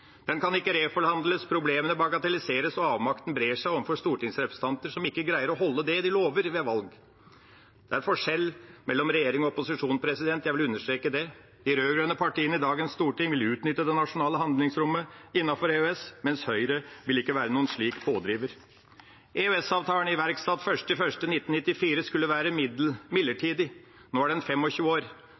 Den kan ikke reforhandles. Problemene bagatelliseres, og avmakten brer seg blant stortingsrepresentantene, som ikke greier å holde det de lover ved valg. Det er forskjell mellom regjering og opposisjon – jeg vil understreke det. De rød-grønne partiene i dagens storting vil utnytte det nasjonale handlingsrommet innenfor EØS, mens Høyre ikke vil være en slik pådriver. EØS-avtalen, iverksatt 1. januar 1994, skulle være midlertidig. Nå er den 25 år.